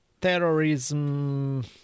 terrorism